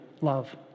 love